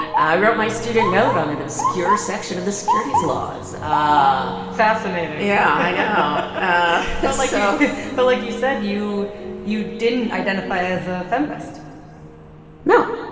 i wrote my student note on an obscure section of the securities laws ah fascinating yeah, i know it's ah yeah like so. but like you said, you you didn't identify as a feminist no